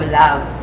love